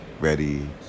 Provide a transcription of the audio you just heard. ready